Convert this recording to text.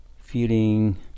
feeling